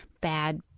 bad